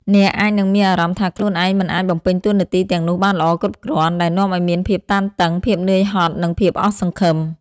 អ្នកអាចនឹងមានអារម្មណ៍ថាខ្លួនឯងមិនអាចបំពេញតួនាទីទាំងនោះបានល្អគ្រប់គ្រាន់ ដែលនាំឱ្យមានភាពតានតឹង ភាពនឿយហត់ និងភាពអស់សង្ឃឹម។